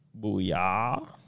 Booyah